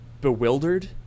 bewildered